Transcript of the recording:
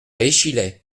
échillais